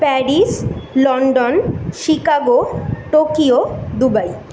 Paris London Chicago Tokyo Dubai